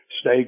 stay